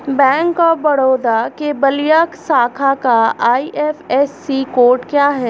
Bank of Baroda के बलिया शाखा का आई.एफ.एस.सी कोड क्या है?